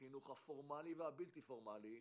בחינוך הפורמלי והבלתי פורמלי,